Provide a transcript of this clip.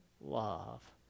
love